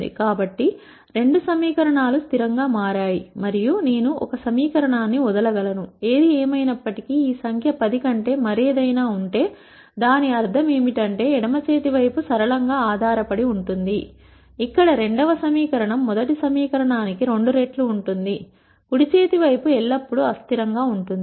కాబట్టి రెండు సమీకరణాలు స్థిరం గా మారాయి మరియు నేను ఒక సమీకరణాన్ని వదలగలను ఏది ఏమయినప్పటికీ ఈ సంఖ్య 10 కంటే మరేదైనా ఉంటే దాని అర్థం ఏమిటంటే ఎడమ చేతి వైపు సరళంగా ఆధారపడి ఉంటుంది ఇక్కడ రెండవ సమీకరణం మొదటి సమీకరణానికి రెండు రెట్లు ఉంటుంది కుడి చేతి వైపు ఎల్లప్పుడూ అస్థిరం గా ఉంటుంది